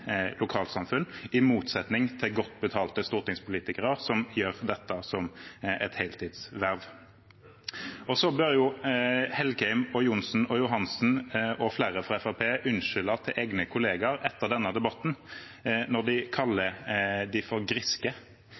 lokalsamfunn, i motsetning til godt betalte stortingspolitikere, som har dette som et heltidsverv. Engen-Helgheim, Johnsen, Johansen og flere fra Fremskrittspartiet bør unnskylde til egne kollegaer etter denne debatten når de kaller dem for griske.